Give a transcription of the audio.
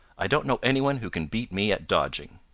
i don't know any one who can beat me at dodging.